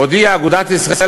הודיעה אגודת ישראל,